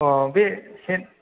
बे सेन